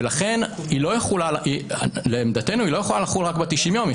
ולכן לעמדתנו היא לא יכולה לחול רק ב-90 יום,